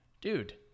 Dude